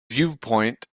viewpoint